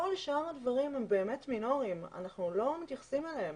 כל שאר הדברים הם באמת מינוריים ואנחנו לא מתייחסים אליהם